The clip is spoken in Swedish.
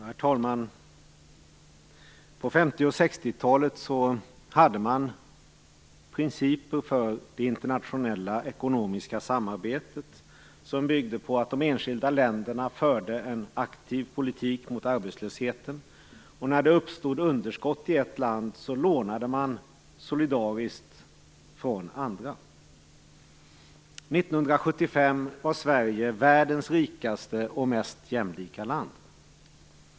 Herr talman! På 50 och 60-talen hade man principer för det internationella ekonomiska samarbetet som byggde på att de enskilda länderna förde en aktiv politik mot arbetslösheten. När det uppstod underskott i ett land lånade man solidariskt från andra. År 1975 var Sverige världens rikaste och mest jämlika land.